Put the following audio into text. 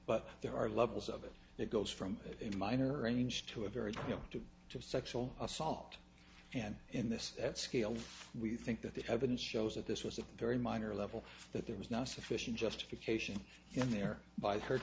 but there are levels of it that goes from minor ange to a very you know to sexual assault and in this that scale we think that the evidence shows that this was a very minor level that there was not sufficient justification in there by her